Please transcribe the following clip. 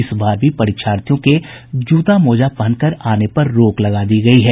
इस बार भी परीक्षार्थियों के जूता मोजा पहनकर आने पर रोक लगा दी गयी है